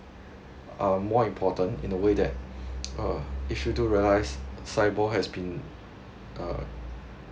um more important in a way that uh if you do realize SIBOR has been uh